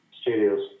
studios